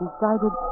Decided